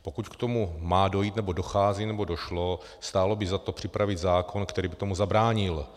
Pokud k tomu má dojít, nebo dochází, nebo došlo, stálo by za to připravit zákon, který by tomu zabránil.